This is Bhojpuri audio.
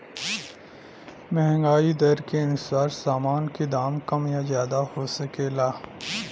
महंगाई दर के अनुसार सामान का दाम कम या ज्यादा हो सकला